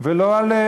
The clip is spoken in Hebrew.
ולא על,